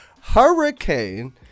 Hurricane